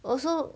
also